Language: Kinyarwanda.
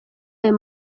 ayo